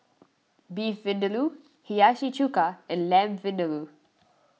Beef Vindaloo Hiyashi Chuka and Lamb Vindaloo